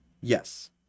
Yes